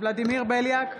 ולדימיר בליאק,